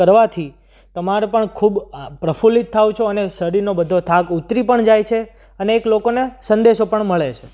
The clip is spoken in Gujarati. કરવાથી તમારે પણ ખૂબ પ્રફુલ્લિત થાઓ છો અને શરીરનો બધો થાક ઉતરી પણ જાય છે અને એક લોકોને સંદેશો પણ મળે છે